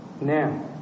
Now